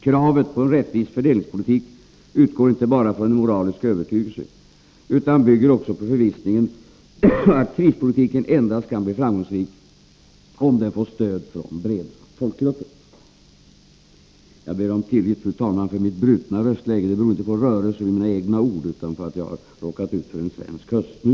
Kravet på en rättvis fördelningspolitik utgår inte bara från en moralisk övertygelse utan bygger också på förvissningen att krispolitiken endast kan bli framgångsrik om den får stöd från breda folkgrupper.